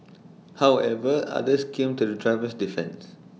however others came to the driver's defence